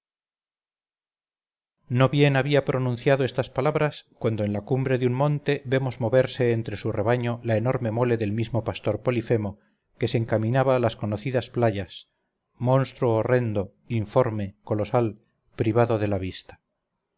no bien había pronunciado estas palabras cuando en la cumbre de un monte vemos moverse entre su rebaño la enorme mole del mismo pastor polifemo que se encaminaba a las conocidas playas monstruo horrendo informe colosal privado de la vista